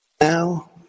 now